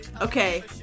Okay